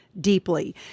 deeply